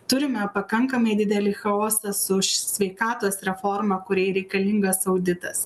turime pakankamai didelį chaosą su sveikatos reformą kuriai reikalingas auditas